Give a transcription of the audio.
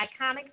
iconic